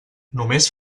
només